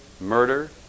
murder